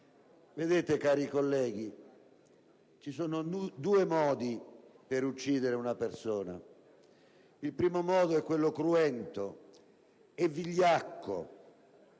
Presidente. Cari colleghi, ci sono due modi per uccidere una persona: il primo modo è quello cruento e vigliacco.